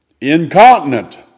Incontinent